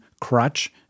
crutch